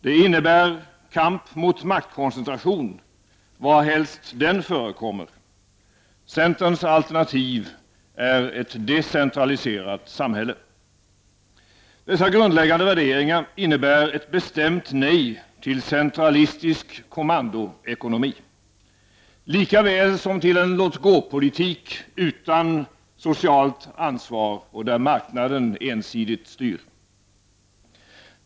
Det innebär kamp mot maktkoncentration, varhelst den förekommer. Centerns alternativ är ett decentraliserat samhälle. Dessa grundläggande värderingar innebär ett bestämt nej till centralistisk kommandoekonomi likaväl som till en låt-gå-politik utan socialt ansvar, där marknaden ensidigt styr.